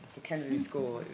the kennedy school.